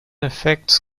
effects